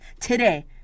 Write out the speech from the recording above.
today